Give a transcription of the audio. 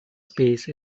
space